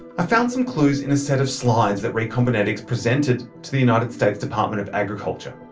i found some clues in a set of slides that recombinetics presented to the united states department of agriculture.